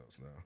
now